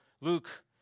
Luke